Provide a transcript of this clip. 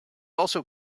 also